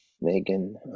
Megan